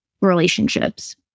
relationships